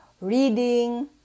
reading